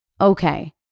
Okay